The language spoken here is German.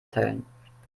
teilen